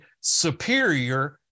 superior